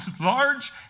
large